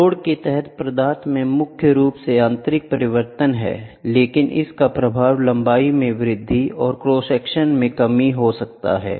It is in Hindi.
लोड के तहत पदार्थ में मुख्य रूप से आंतरिक परिवर्तन है लेकिन इसका प्रभाव लंबाई में वृद्धि और क्रॉस सेक्शन में कमी है